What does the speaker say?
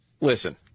Listen